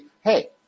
hey